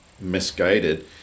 misguided